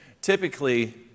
typically